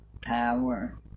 power